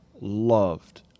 loved